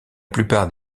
plupart